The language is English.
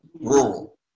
Rural